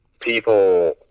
people